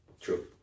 True